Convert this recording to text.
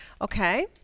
Okay